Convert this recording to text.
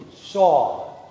saw